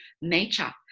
nature